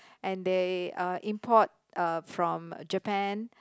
and they uh import uh from Japan